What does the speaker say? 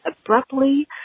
abruptly